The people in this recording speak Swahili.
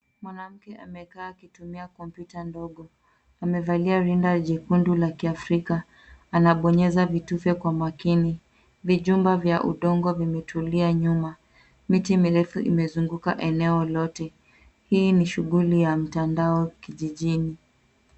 Mwanamke amekaa akitumia kompyuta ndogo. Amevalia rinda jekundu la kiafrika. Anabonyeza vitufe kwa makini. Vijumba vya udongo vimetulia nyuma. Miti mirefu imezunguka eneo lote. Hii ni shughuli ya mtandao kijijini.